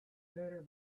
better